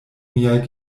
miaj